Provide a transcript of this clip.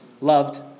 loved